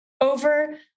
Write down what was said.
over